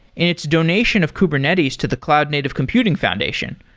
in its donation of kubernetes to the cloud native computing foundation,